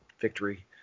victory